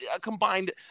combined